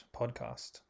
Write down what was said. podcast